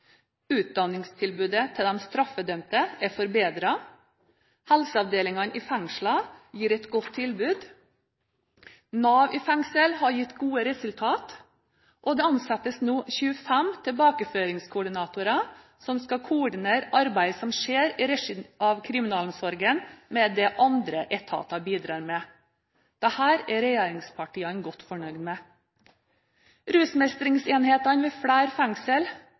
Utdanningstilbudet til de straffedømte er forbedret, helseavdelingene i fengslene gir et godt tilbud, Nav i fengsel har gitt gode resultater, og det ansettes nå 25 tilbakeføringskoordinatorer som skal koordinere arbeidet som skjer i regi av kriminalomsorgen med det andre etater bidrar med. Dette er regjeringspartiene godt fornøyd med. Rusmestringsenhetene ved flere fengsel,